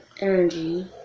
energy